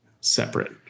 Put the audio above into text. separate